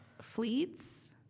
fleets